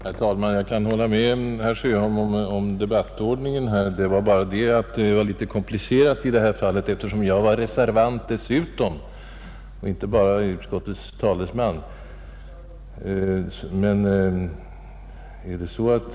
Herr talman! Jag kan nog hålla med herr Sjöholm om det han sade beträffande debattordningen, Det var emellertid litet komplicerat i detta fall, eftersom jag inte bara är utskottets talesman utan dessutom reservant.